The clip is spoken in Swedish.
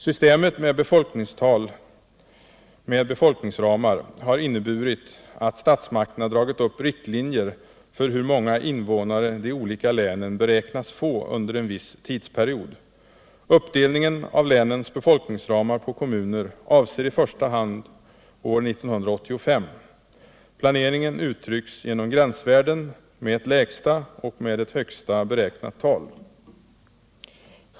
Systemet med befolkningsramar har inneburit att statsmakterna dragit upp riktlinjer för hur många invånare de olika länen kan beräknas få under en viss tidsperiod. Uppdelningen av länens befolkningsramar på kommuner avser i första hand år 1985. Planeringen uttrycks genom gränsvärden med ett lägsta och ett högsta beräknat tal.